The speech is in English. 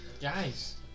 Guys